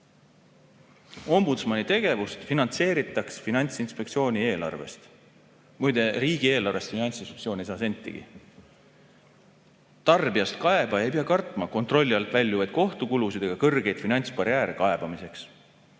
Ombudsmani tegevust finantseeritaks Finantsinspektsiooni eelarvest. Muide, riigieelarvest Finantsinspektsioon ei saa sentigi. Tarbijast kaebaja ei pea kartma kontrolli alt väljuvaid kohtukulusid ega kõrgeid finantsbarjääre kaebamiseks.